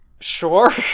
sure